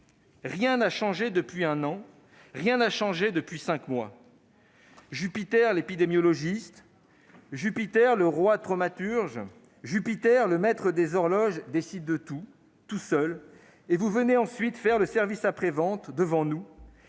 rien n'a changé depuis un an, rien n'a changé depuis cinq mois. Jupiter l'épidémiologiste, Jupiter le roi thaumaturge, Jupiter le maître des horloges décide de tout, tout seul, et vous venez ensuite faire le service après-vente devant nous.